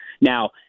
Now